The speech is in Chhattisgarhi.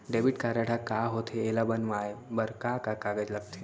डेबिट कारड ह का होथे एला बनवाए बर का का कागज लगथे?